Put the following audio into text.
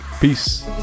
Peace